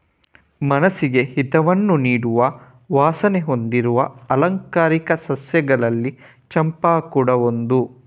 ಮನಸ್ಸಿಗೆ ಹಿತವನ್ನ ನೀಡುವ ವಾಸನೆ ಹೊಂದಿರುವ ಆಲಂಕಾರಿಕ ಸಸ್ಯಗಳಲ್ಲಿ ಚಂಪಾ ಕೂಡಾ ಒಂದು